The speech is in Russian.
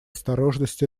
осторожность